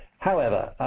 however,